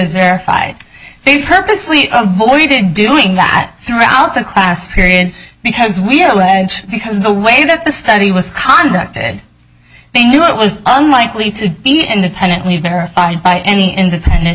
verified they purposely avoided doing that throughout the class period because we allege because the way that the study was contacted they knew it was unlikely to be independently verified by any independent